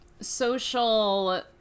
social